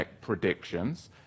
predictions